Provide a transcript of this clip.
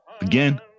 Again